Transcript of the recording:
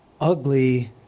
ugly